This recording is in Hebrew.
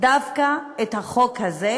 דווקא את החוק הזה,